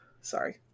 Sorry